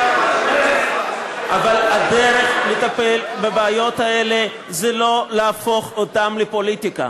אבל הדרך לטפל בבעיות האלה היא לא להפוך אותן לפוליטיקה.